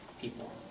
people